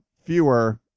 fewer